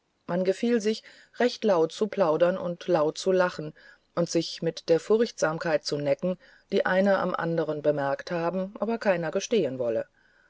man gefiel sich recht laut zu plaudern und laut zu lachen und sich mit der furchtsamkeit zu necken die einer am anderen bemerkt haben und keiner gestehen wolle